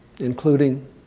including